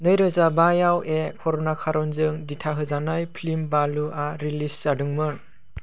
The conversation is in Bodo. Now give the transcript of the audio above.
नैरोजा बायाव ए करुणाकरनजों दिथा होजानाय फिल्म बालुआ रिलिज जादोंमोन